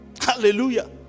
Hallelujah